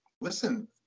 listen